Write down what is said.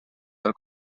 del